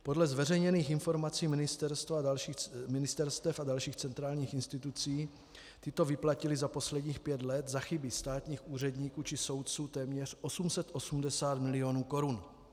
Podle zveřejněných informací ministerstev a dalších centrálních institucí tyto vyplatily za posledních pět let za chyby státních úředníků či soudců téměř 880 milionů korun.